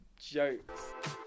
jokes